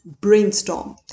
Brainstorm